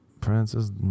Francis